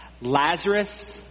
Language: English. Lazarus